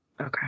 Okay